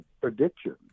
prediction